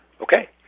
Okay